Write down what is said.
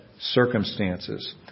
circumstances